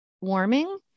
warming